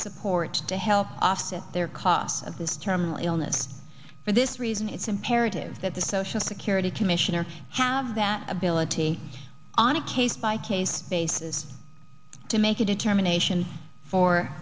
support to help offset their costs of this terminal illness for this reason it's imperative that the social security commissioner have that ability on a case by case basis to make a determination for